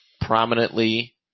prominently